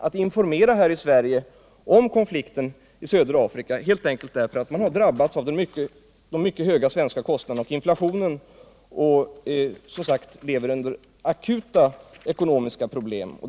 Man vill i Sverige informera om konflikten i södra Afrika men man har drabbats av de mycket höga kostnaderna och inflationen och lever, som sagt, med akuta ekonomiska problem.